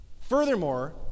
Furthermore